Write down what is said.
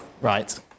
Right